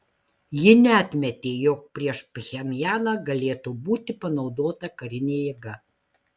ji neatmetė jog prieš pchenjaną galėtų būti panaudota karinė jėga